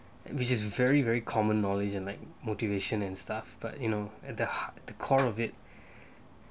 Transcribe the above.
which is very very common knowledge and like motivation and stuff but you know at the core of it